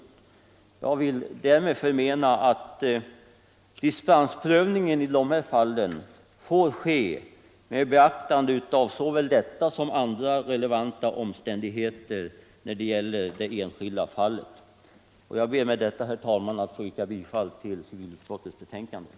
Jag vill därmed förmena att dispensprövningen i dessa fall får ske med beaktande av såväl detta uttalande som av andra relevanta omständigheter när det gäller det enskilda fallet. Jag ber med detta, herr talman, att få yrka bifall till civilutskottets förslag.